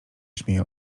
śmieje